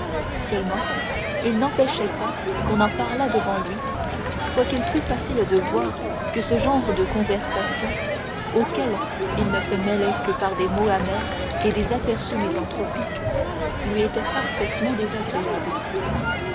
seulement il n'empêchait pas qu'on en parlât devant lui quoiqu'il fût facile de voir que ce genre de conversation auquel il ne se mêlait que par des mots amers et des aperçus misanthropiques lui était parfaitement désagréable